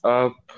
up